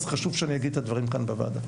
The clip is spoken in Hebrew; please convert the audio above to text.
אז חשוב שאני אגיד את הדברים כאן בוועדה.